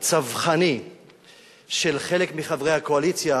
הצווחני של חלק מחברי הקואליציה,